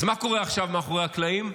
אז מה קורה עכשיו מאחורי הקלעים?